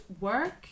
work